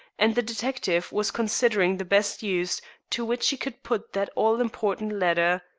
and the detective was considering the best use to which he could put that all-important letter.